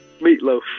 meatloaf